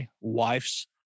wife's